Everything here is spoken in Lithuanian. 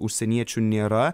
užsieniečių nėra